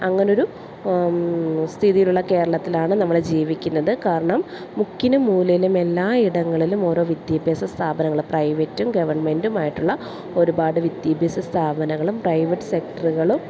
അങ്ങനൊരു സ്ഥിതിയിലുള്ള കേരളത്തിലാണ് നമ്മൾ ജീവിക്കുന്നത് കാരണം മുക്കിലും മൂലയിലും എല്ലാ ഇടങ്ങളിലും ഓരോ വിദ്യാഭ്യാസ സ്ഥാപനങ്ങൾ പ്രൈവറ്റും ഗവൺമെൻറ്റുമായിട്ടുള്ള ഒരുപാട് വിദ്യാഭ്യാസ സ്ഥാപനങ്ങളും പ്രൈവറ്റ് സെക്ടറുകളും